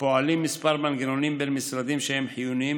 פועלים כמה מנגנונים בין-משרדיים שהם חיוניים